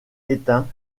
éteint